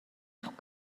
авах